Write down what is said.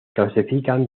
clasifican